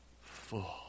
full